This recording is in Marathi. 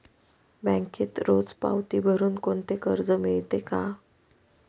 बँकेत रोज पावती भरुन कोणते कर्ज मिळते का?